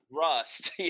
rust